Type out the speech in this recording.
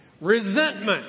Resentment